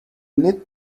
need